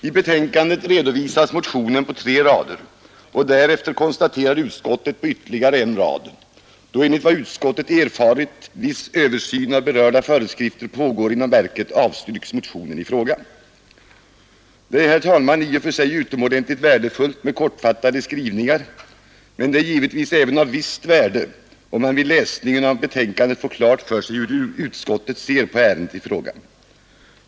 I betänkandet redovisas motionen på tre rader, och därefter konstaterar utskottet på ytterligare en rad: ”Då enligt vad utskottet erfarit viss översyn av berörda föreskrifter pågår inom verket avstyrks motionen i fråga.” Det är, herr talman, i och för sig utomordentligt värdefullt med kortfattande skrivningar, men det är givetvis även av visst värde om man vid läsningen av betänkandet får klart för sig hur utskottet ser på ärendet i fråga.